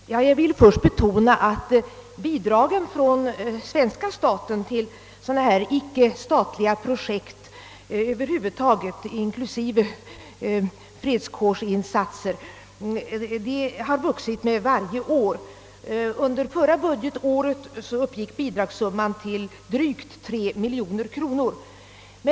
Herr talman! Jag vill först betona att den svenska statens bidrag till ickestatliga projekt har vuxit varje år. Under det förra budgetåret uppgick bidragssumman till drygt 3 miljoner kronor.